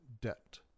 debt